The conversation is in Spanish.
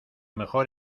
mejor